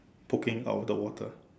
poking out of the water